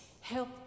help